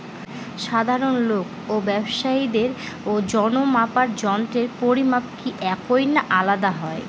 সাধারণ লোক ও ব্যাবসায়ীদের ওজনমাপার যন্ত্রের পরিমাপ কি একই না আলাদা হয়?